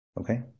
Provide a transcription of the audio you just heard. Okay